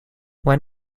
when